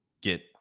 get